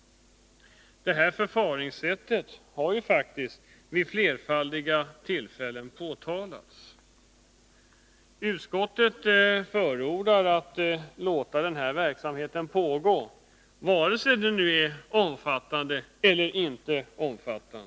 Det här förfaringssättet har faktiskt påtalats vid flerfaldiga tillfällen. Utskottet förordar att låta verksamheten pågå, antingen den är omfattande eller inte.